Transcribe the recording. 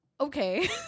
Okay